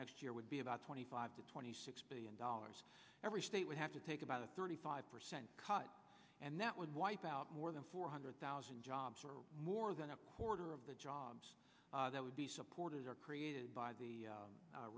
next year would be about twenty five to twenty six billion dollars every state would have to take about a thirty five percent cut and that would wipe out more than four hundred thousand jobs or more than a quarter of the jobs that would be supported are created by the